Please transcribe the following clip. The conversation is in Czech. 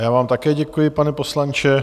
Já vám také děkuji, pane poslanče.